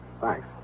thanks